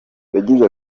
yagize